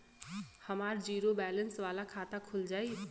हमार zero balance वाला खाता खुल जाई?